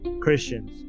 Christians